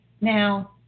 Now